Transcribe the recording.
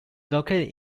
located